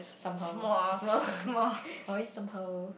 somehow small always somehow